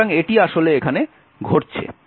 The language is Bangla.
সুতরাং এটি আসলে এখানে ঘটছে